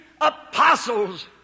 apostles